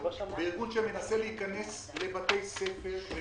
בארגון שמנסה להיכנס לבתי ספר.